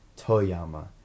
Toyama